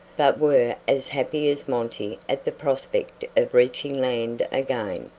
but were as happy as monty at the prospect of reaching land again.